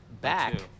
back